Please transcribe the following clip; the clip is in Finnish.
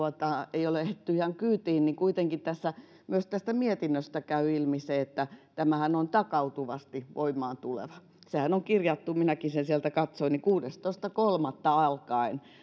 ei ole ehditty ihan kyytiin niin kuitenkin myös tästä mietinnöstä käy ilmi että tämähän on takautuvasti voimaan tuleva sehän on kirjattu minäkin sen sieltä katsoin että kuudestoista kolmatta alkaen